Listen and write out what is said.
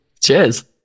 Cheers